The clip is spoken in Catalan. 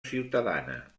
ciutadana